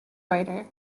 writer